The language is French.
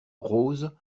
rose